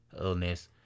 illness